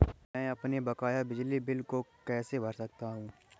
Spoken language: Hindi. मैं अपने बकाया बिजली बिल को कैसे भर सकता हूँ?